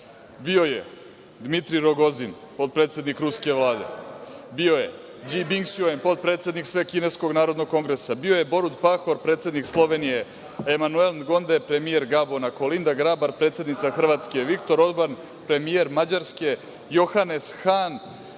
Bio je Dmitri Rogozin, potpredsednik ruske Vlade, bio je Đi Bingsjuen, potpredsednik Svekineskog narodnog kongresa, bio je Borut Pahor, predsednik Slovenije, Emanuel Ngonde, premijer Gabona, Kolinda Grabar, predsednica Hrvatske, Viktor Olban, premijer Mađarske, Johanes Han,